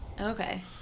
okay